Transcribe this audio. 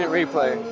replay